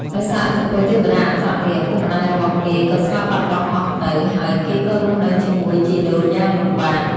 ដោយសារឥទ្ធិពលទេវតាអាក្រក់នេះ ឪពុកម្តាយរបស់គេក៏ស្លាប់បាត់បង់អស់ទៅ ហើយគេក៏រស់នៅជាមួយជីដូនយ៉ាងលំបាក។